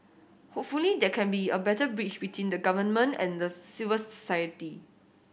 hopefully there can be a better bridge between the Government and civil society